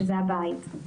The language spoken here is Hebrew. שזה הבית.